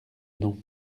non